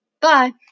Bye